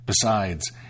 Besides